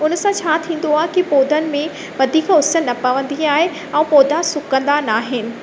उन सां छा थींदो आहे की पौधनि में वधीक उस न पवंदी आहे ऐं पौधा सुकंदा न आहिनि